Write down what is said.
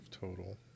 total